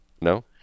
No